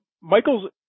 Michael's